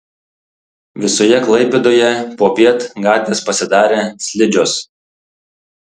visoje klaipėdoje popiet gatvės pasidarė slidžios